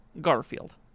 Garfield